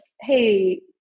hey